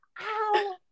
ow